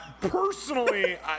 Personally